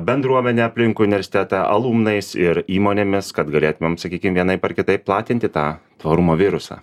bendruomene aplink universitetą alumnais ir įmonėmis kad galėtumėm sakykim vienaip ar kitaip platinti tą tvarumo virusą